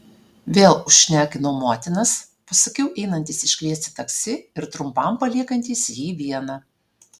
vėl užšnekinau motinas pasakiau einantis iškviesti taksi ir trumpam paliekantis jį vieną